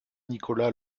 nicolas